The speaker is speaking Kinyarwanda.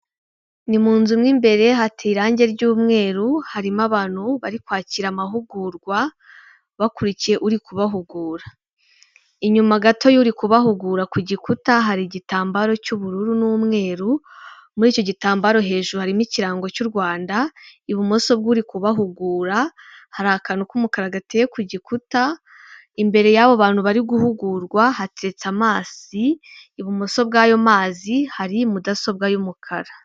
Ni mu nzu mo imwe imbere hateye irangi ry'umweru harimo abantu bari kwakira amahugurwa bakurikiye uri kubahugura, inyuma gato y'uri kubahugura ku gikuta hari igitambaro cy'ubururu n'umweru, muri icyo gitambaro hejuru harimo ikirango cy'u Rwanda. Ibumoso bw'uri kubahugura hari akantu k'umukara gateye ku gikuta, imbere y'abo bantu bari guhugurwa hateretse amazi, ibumoso bw'ayo mazi hari mudasobwa y'umukara.